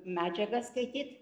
medžiagą skaityt